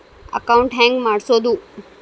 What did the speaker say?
Account ಹೆಂಗ್ ಮಾಡ್ಸೋದು?